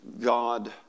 God